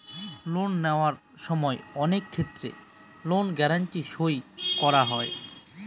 loan নেওয়ার সময় অনেক ক্ষেত্রে লোন গ্যারান্টি সই করা হয়